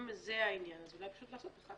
אם זה העניין, אולי פשוט לעשות אחת